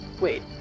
Wait